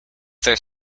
their